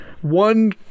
one